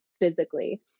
physically